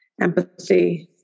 empathy